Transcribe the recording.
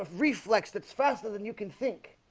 if reflux, that's faster than you can think